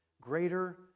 greater